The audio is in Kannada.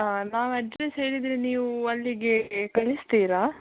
ಹಾಂ ನಾವು ಅಡ್ರೆಸ್ ಹೇಳಿದರೆ ನೀವು ಅಲ್ಲಿಗೇ ಕಳಿಸ್ತೀರಾ